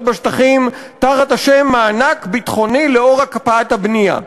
בשטחים תחת השם "מענק ביטחוני לאור הקפאת הבנייה",